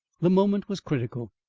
the moment was critical.